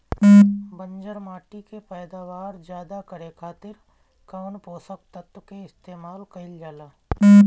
बंजर माटी के पैदावार ज्यादा करे खातिर कौन पोषक तत्व के इस्तेमाल कईल जाला?